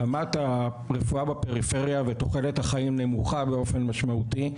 רמת הרפואה בפריפריה ותוחלת החיים נמוכה באופן משמעותי.